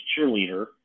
cheerleader